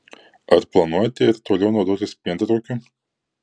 ar planuojate ir toliau naudotis pientraukiu